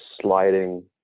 sliding